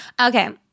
Okay